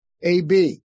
A-B